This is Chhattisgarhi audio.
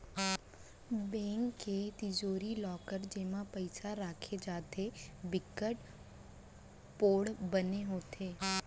बेंक के तिजोरी, लॉकर जेमा पइसा राखे जाथे बिकट पोठ बने होथे